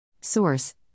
Source